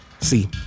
See